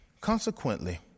Consequently